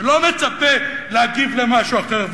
שלא מצפה להגיב על משהו אחר,